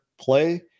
play